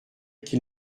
qu’il